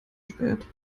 spät